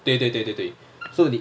对对对对对所有